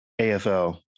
AFL